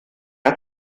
hat